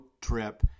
trip